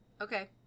Okay